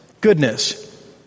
Goodness